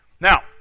Now